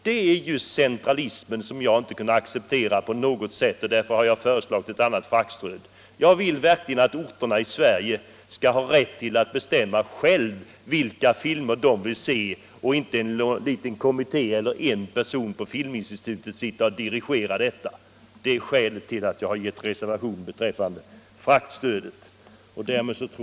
Det är en centralism som jag inte på något sätt kunnat acceptera, och det är därför jag föreslagit en annan typ av fraktstöd. Jag vill verkligen att man på de enskilda orterna själv skall ha rätt att bestämma vilka filmer man vill visa, inte att en person eller en liten kommitté på Filminstitutet dirigerar detta. Det är skälet till den reservation jag avgivit beträffande fraktstödet.